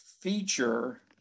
feature